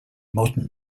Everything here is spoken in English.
modern